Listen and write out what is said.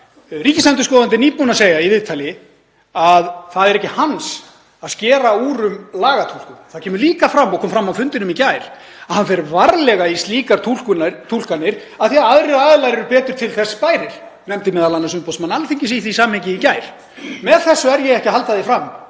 Ríkisendurskoðandi er nýbúinn að segja í viðtali að það sé ekki hans að skera úr um lagatúlkun. Það kemur líka fram og kom fram á fundinum í gær að hann fer varlega í slíkar túlkanir af því að aðrir aðilar eru betur til þess bærir, nefndi m.a. umboðsmann Alþingis í því samhengi í gær. Með þessu er ég ekki að halda því fram